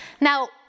Now